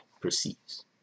perceives